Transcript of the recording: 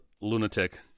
lunatic